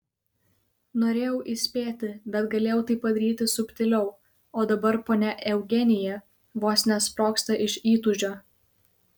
norėjau įspėti bet galėjau tai padaryti subtiliau o dabar ponia eugenija vos nesprogsta iš įtūžio